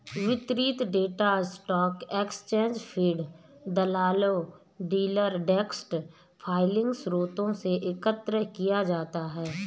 वितरित data stock exchange feed, दलालों, dealer desk filing स्रोतों से एकत्र किया जाता है